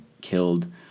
killed